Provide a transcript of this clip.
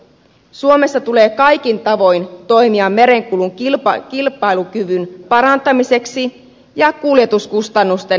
suomessa tulee kaikin tavoin toimia merenkulun kilpailukyvyn parantamiseksi ja kuljetuskustannusten alentamiseksi